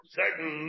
certain